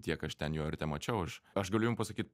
tiek aš ten jo ir temačiau aš aš galiu jums pasakyt